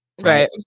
Right